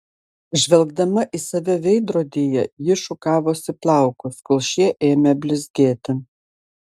žvelgdama į save veidrodyje ji šukavosi plaukus kol šie ėmė blizgėti